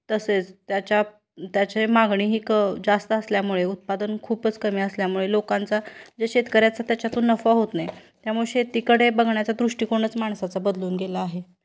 तसेच त्याच्या त्याचे मागणी ही क जास्त असल्यामुळे उत्पादन खूपच कमी असल्यामुळे लोकांचा जे शेतकऱ्याचा त्याच्यातून नफा होत नाही त्यामुळे शेतीकडे बघण्याचा दृष्टिकोनच माणसाचा बदलून गेला आहे